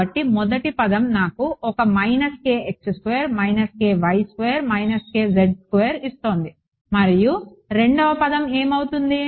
కాబట్టి మొదటి పదం నాకు ఒక ఇస్తోంది మరియు రెండవ పదం ఏమవుతుంది